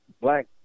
black